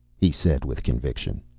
he said with conviction.